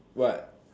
what